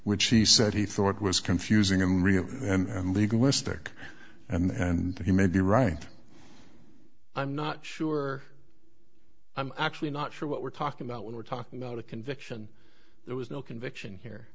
which he said he thought was confusing and real and legal aesthetic and he may be right i'm not sure i'm actually not sure what we're talking about when we're talking about a conviction there was no conviction here